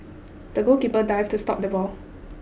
the goalkeeper dived to stop the ball